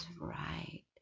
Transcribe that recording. right